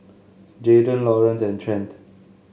Jaden Laurance and Trent